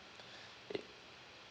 mm